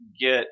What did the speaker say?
get